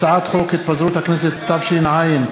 הצעת חוק התפזרות הכנסת התשע-עשרה,